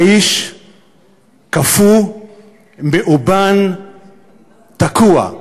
האיש קפוא, מאובן, תקוע.